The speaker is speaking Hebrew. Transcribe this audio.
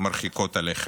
מרחיקות הלכת.